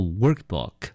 workbook